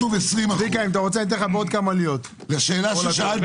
לשאלה ששאלתי,